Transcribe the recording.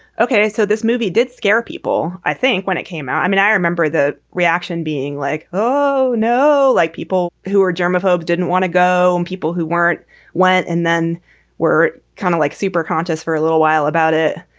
ok. so this movie did scare people. i think when it came out, i mean, i remember that reaction being like, oh, no. like people who are germophobe didn't want to go in. people who weren't want and then were kind of like super conscious for a little while about it.